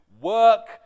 work